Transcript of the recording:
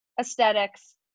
Aesthetics